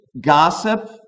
gossip